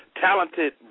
talented